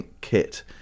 kit